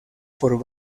por